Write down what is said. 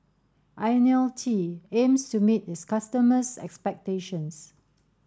Ionil T aims to meet its customers' expectations